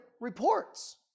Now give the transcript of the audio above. reports